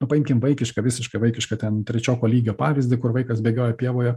nu paimkim vaikišką visiškai vaikišką ten trečioko lygio pavyzdį kur vaikas bėgioja pievoje